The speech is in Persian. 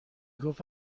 گفت